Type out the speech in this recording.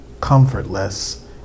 comfortless